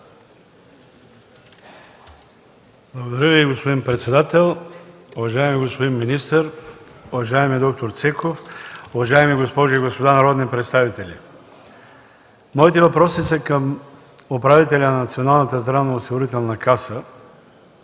Благодаря Ви, господин председател. Уважаеми господин министър, уважаеми д-р Цеков, уважаеми госпожи и господа народни представители! Моите въпроси са към управителя на Националната здравноосигурителна каса.